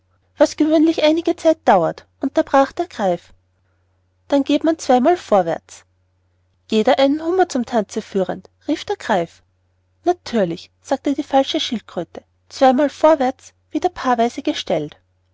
was gewöhnlich einige zeit dauert unterbrach der greif geht man zwei mal vorwärts jeder einen hummer zum tanze führend rief der greif natürlich sagte die falsche schildkröte zwei mal vorwärts wieder paarweis gestellt